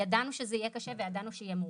ידענו שזה יהיה קשה וידענו שיהיה מורכב.